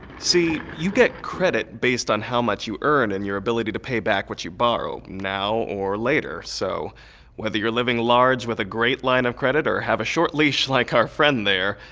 see, you get credit based on how much you earn and your ability to pay back what you borrow, now or later. so whether you're living large with a great line of credit, or have a short leash like our friend there,